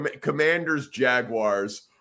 Commanders-Jaguars